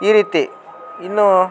ಈ ರೀತಿ ಇನ್ನೂ